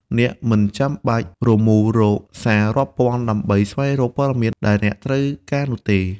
អ្នកមិនចាំបាច់រមូររកសាររាប់ពាន់ដើម្បីស្វែងរកព័ត៌មានដែលអ្នកត្រូវការនោះទេ។